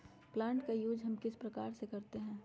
Plant का use हम किस प्रकार से करते हैं?